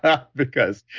ah because,